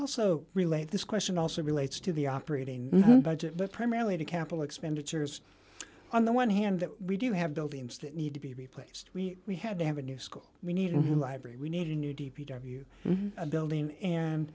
also relates this question also relates to the operating budget but primarily to capital expenditures on the one hand we do have buildings that need to be replaced we have to have a new school we need a library we need a new d v d our view building and